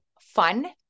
fun